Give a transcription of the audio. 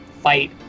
fight